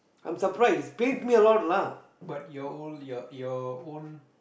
I'm so afraid give me a lot of work but you your your own